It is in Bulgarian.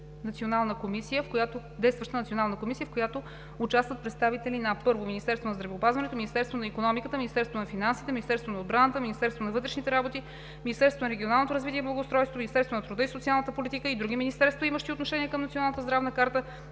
действаща национална комисия, в която участват представители на: 1. Министерството на здравеопазването, Министерството на икономиката, Министерството на финансите, Министерството на отбраната, Министерството на вътрешните работи, Министерството на регионалното развитие и благоустройството, Министерството на труда и социалната политика, както и други министерства, имащи отношения към Националната здравна карта